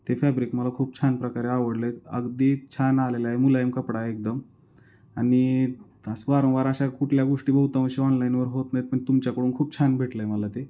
ते फॅब्रिक मला खूप छान प्रकारे आवडले आहेत अगदी छान आलेलं आहे मुलायम कपडा एकदम आणि तास वारंवार अशा कुठल्या गोष्टी बहुतांशी ऑनलाईनवर होत नाहीत पण तुमच्याकडून खूप छान भेटलं आहे मला ते